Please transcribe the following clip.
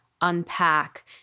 unpack